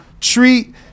treat